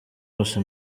wose